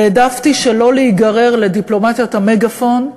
והעדפתי שלא להיגרר לדיפלומטיית המגאפון,